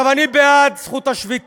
עכשיו, אני בעד זכות השביתה.